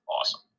awesome